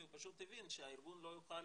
כי הוא פשוט הבין שהארגון לא יוכל